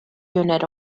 unit